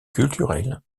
culturelles